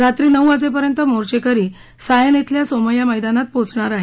रात्री नऊ वाजेपर्यंत मोचेंकरी सायन इथल्या सोमय्या मैदानात पोहोचणार आहे